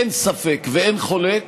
אין ספק ואין חולק